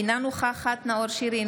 אינה נוכחת נאור שירי,